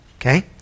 Okay